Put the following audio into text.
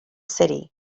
city